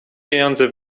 pieniądze